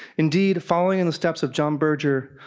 indeed, following in the steps of john berger,